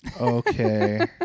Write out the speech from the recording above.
okay